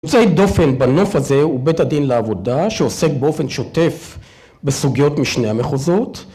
יוצא דופן בנוף הזה הוא בית הדין לעבודה, שעוסק באופן שוטף בסוגיות משני המחוזות